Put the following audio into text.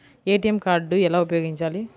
ATM card ఎలా ఉపయోగించాలి?